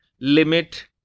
limit